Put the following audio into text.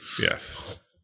Yes